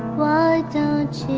why does